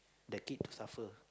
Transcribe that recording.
their kid to suffer